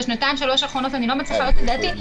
בשנתיים-שלוש האחרונות אני לא מצליחה להעלות על דעתי.